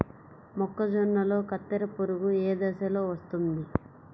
మొక్కజొన్నలో కత్తెర పురుగు ఏ దశలో వస్తుంది?